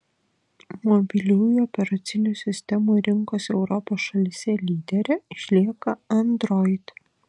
mobiliųjų operacinių sistemų rinkos europos šalyse lydere išlieka android